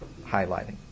highlighting